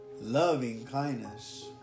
loving-kindness